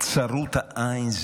צרות העין,